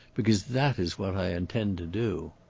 because that is what i intend to do.